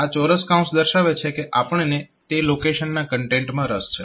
આ ચોરસ કૌંસ દર્શાવે છે કે આપણને તે લોકેશનના કન્ટેન્ટમાં રસ છે